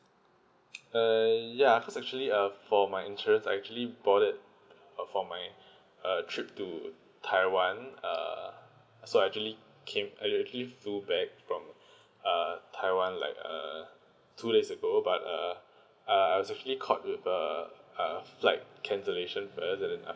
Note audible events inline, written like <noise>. uh ya cause actually err for my insurance I actually bought it uh for my err trip to taiwan err so I actually came I actually flew back from <breath> uh taiwan like err two days ago but uh uh I was actually caught with the uh flight cancellation but